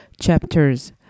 chapters